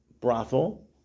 brothel